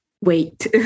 Wait